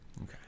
Okay